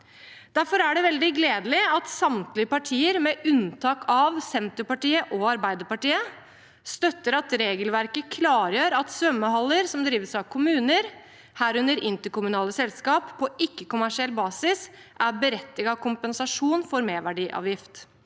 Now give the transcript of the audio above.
Derfor er det veldig gledelig at samtlige partier, med unntak av Senterpartiet og Arbeiderpartiet, støtter at regelverket klargjør at svømmehaller som drives av kommuner, herunder interkommunale selskap, på ikkekommersiell basis, er berettiget kompensasjon for merverdiavgift.